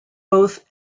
both